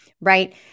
right